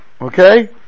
Okay